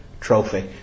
trophy